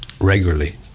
regularly